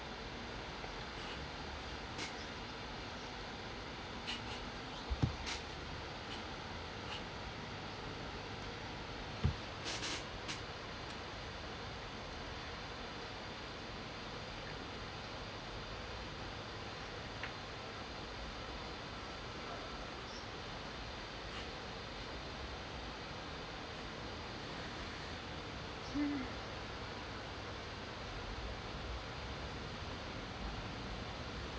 hmm